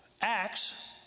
Acts